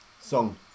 Song